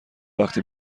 وقتی